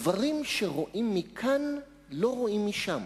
דברים שרואים מכאן לא רואים משם.